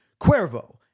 Cuervo